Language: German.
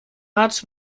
hat